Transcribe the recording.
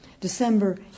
December